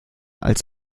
als